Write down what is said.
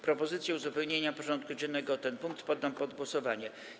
Propozycję uzupełnienia porządku dziennego o ten punkt poddam pod głosowanie.